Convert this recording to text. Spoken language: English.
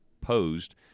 posed